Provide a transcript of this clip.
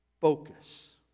focus